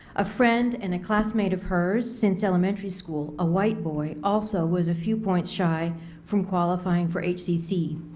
a friend and a classmate of hers since elementary school a white boy also was a viewpoint shy from qualifying for hcc.